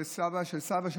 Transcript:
ואבא של סבא,